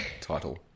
title